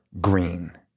green